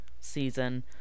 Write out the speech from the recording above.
season